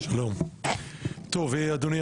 שלום טוב אדוני,